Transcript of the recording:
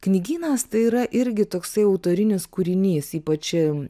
knygynas tai yra irgi toksai autorinis kūrinys ypač